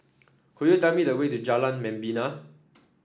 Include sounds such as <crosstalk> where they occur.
could you tell me the way to Jalan Membina <noise>